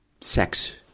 sex